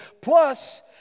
Plus